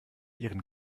ihren